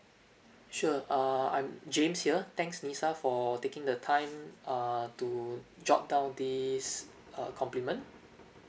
sure err I'm james here thanks lisa for taking the time err to jot down this uh compliment